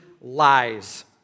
lies